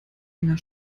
länger